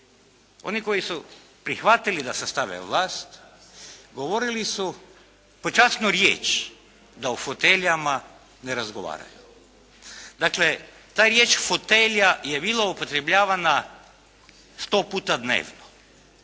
oni koji su prihvatili da sastave vlast, govorili su po časnu riječ da o foteljama ne razgovaraju. Dakle ta riječ fotelja je bila upotrebljavana sto puta dnevno.